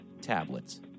tablets